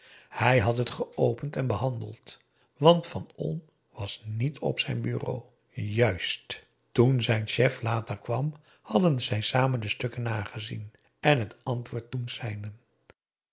hij had het geopend en behandeld want van olm was niet op zijn bureau juist toen zijn chef later kwam hadden zij samen de stukken nagezien en het antwoord doen